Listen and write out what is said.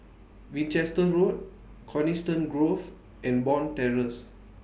Winchester Road Coniston Grove and Bond Terrace